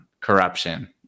corruption